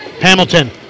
Hamilton